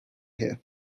here